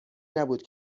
نبود